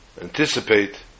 anticipate